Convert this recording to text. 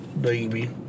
baby